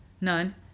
None